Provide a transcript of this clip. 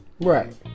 Right